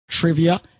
Trivia